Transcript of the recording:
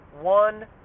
one